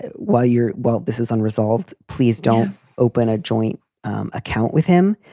while you're while this is unresolved. please don't open a joint um account with him.